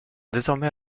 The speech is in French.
désormais